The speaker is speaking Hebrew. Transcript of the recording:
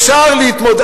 אפשר להתמודד,